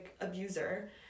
abuser